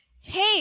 Hey